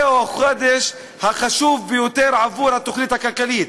זהו החודש החשוב ביותר עבור התוכנית הכלכלית.